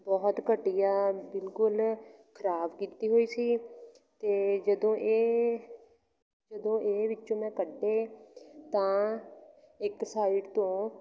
ਬਹੁਤ ਘਟੀਆ ਬਿਲਕੁਲ ਖਰਾਬ ਕੀਤੀ ਹੋਈ ਸੀ ਅਤੇ ਜਦੋਂ ਇਹ ਜਦੋਂ ਇਹ ਵਿੱਚੋਂ ਮੈਂ ਕੱਢੇ ਤਾਂ ਇੱਕ ਸਾਈਡ ਤੋਂ